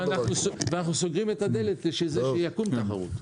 ואנחנו סוגרים את הדלת לזה שתקום תחרות.